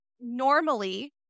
normally